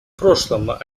прошлом